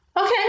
Okay